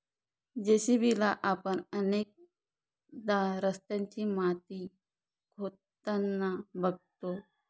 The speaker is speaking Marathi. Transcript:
जे.सी.बी ला आपण अनेकदा रस्त्याची माती खोदताना बघतो